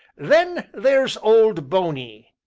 then there's old bony.